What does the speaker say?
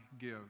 give